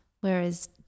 whereas